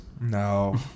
no